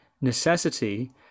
necessity